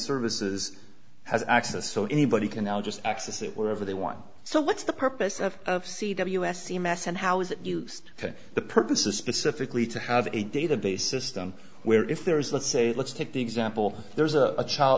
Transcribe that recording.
services has access so anybody can now just access it wherever they want so what's the purpose of of c the u s c m s and how is it used for the purposes specifically to have a database system where if there is let's say let's take the example there's a child